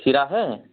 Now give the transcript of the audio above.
खीरा है